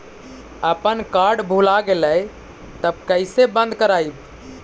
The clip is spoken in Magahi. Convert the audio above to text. अपन कार्ड भुला गेलय तब कैसे बन्द कराइब?